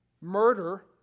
murder